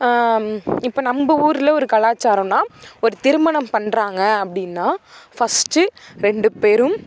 இப்போ நம்ப ஊர்ல ஒரு கலாச்சாரம்ன்னா ஒரு திருமணம் பண்ணுறாங்க அப்படின்னா ஃபர்ஸ்ட்டு ரெண்டு பேரும்